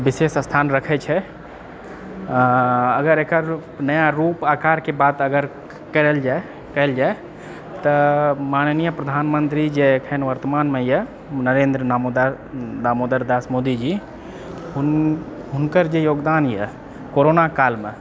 विशेष स्थान रखैत छै अगर एकर नया रूप आकारके बात अगर करल जाए कएल जाए तऽ माननीय प्रधानमंत्री जे अखन वर्तमानमे यऽ नरेन्द्र दामोदर दास मोदी जी हुनकर जे योगदान यऽ कोरोना कालमे